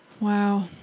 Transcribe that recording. wow